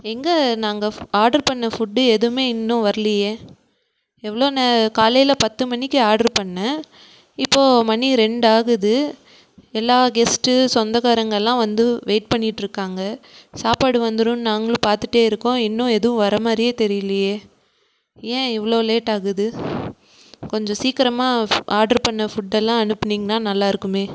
எங்கள் நாங்கள் ஆர்டர் பண்ண ஃபுட்டு எதுவுமே இன்னும் வரலியே எவ்வளோ நே காலையில் பத்து மணிக்கு ஆர்டர் பண்ணேன் இப்போ மணி ரெண்டு ஆகுது எல்லா கெஸ்ட்டு சொந்தக்காரங்களெலாம் வந்து வெயிட் பண்ணிட்டிருக்காங்க சாப்பாடு வந்துரும்னு நாங்களும் பார்த்துட்டே இருக்கோம் இன்னும் எதுவும் வர மாதிரியே தெரியலியே ஏன் இவ்வளோ லேட் ஆகுது கொஞ்சம் சீக்கிரமாக ஆர்டர் பண்ண ஃபுட்டெல்லாம் அனுப்புனீங்கன்னால் நல்லாயிருக்குமே